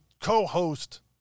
co-host